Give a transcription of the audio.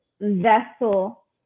vessel